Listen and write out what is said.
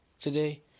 today